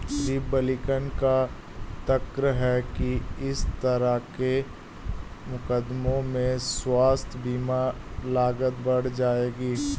Republican का तर्क है कि इस तरह के मुकदमों से स्वास्थ्य बीमा लागत बढ़ जाएगी